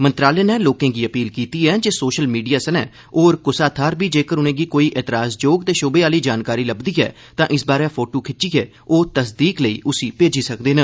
मंत्रालय नै लोकें गी अपील कीती ऐ जे सोशल मीडिया सने होर कुसा थाहर बी जेकर उनेंगी कोई ऐतराज जोग ते शूबे आली जानकारी लब्बदी ऐ तां इस बारै फोटो खिचियै ओ तसदीक लेई उसी भेजी सकदे न